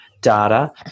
data